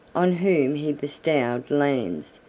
on whom he bestowed lands,